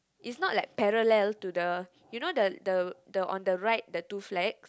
is not like parallel to the you know the the the on the right the two flags